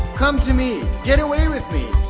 come to me. get away with me.